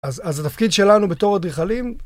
אז התפקיד שלנו בתור אדריכלים